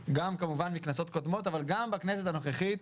גם, כמובן, מכנסות קודמות אבל גם בכנסת הנוכחית,